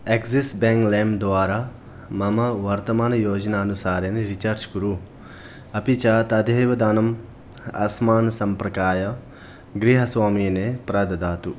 axis bank लैं द्वारा मम वर्तमानं योजनानुसारेण रीचार्ज् कुरु अपि च तथैव दानम् अस्मान् सम्पर्काय गृहस्वामिने प्रददातु